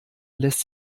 lässt